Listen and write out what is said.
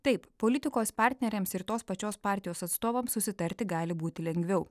taip politikos partneriams ir tos pačios partijos atstovams susitarti gali būti lengviau